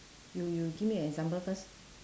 you you give me an example first